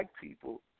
people